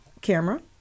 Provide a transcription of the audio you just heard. camera